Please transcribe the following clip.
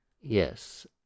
Yes